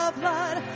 blood